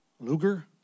Luger